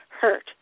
hurt